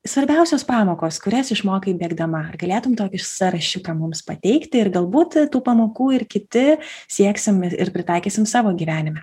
svarbiausios pamokos kurias išmokai bėgdama ar galėtum tokį sąrašiuką mums pateikti ir galbūt tų pamokų ir kiti sieksim ir pritaikysim savo gyvenime